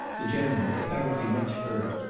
the general, apparently much hurt,